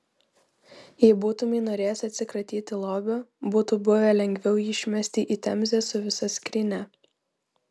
jei būtumei norėjęs atsikratyti lobio būtų buvę lengviau jį išmesti į temzę su visa skrynia